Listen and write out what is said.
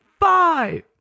Five